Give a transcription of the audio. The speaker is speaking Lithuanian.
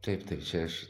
taip taip čia aš